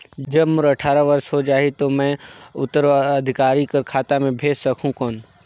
जब मोर अट्ठारह वर्ष हो जाहि ता मैं उत्तराधिकारी कर खाता मे भेज सकहुं कौन?